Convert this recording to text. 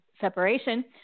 separation